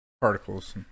Particles